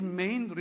main